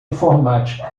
informática